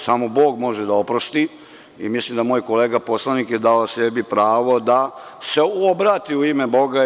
Samo Bog može da oprosti i mislim da moj kolega poslanik je dao sebi pravo da se obrati u ime Boga.